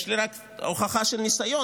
יש לי רק הוכחה של ניסיון,